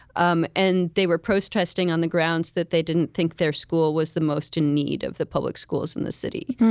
um and they were protesting on the grounds that they didn't think their school was the most in need of the public schools in the city.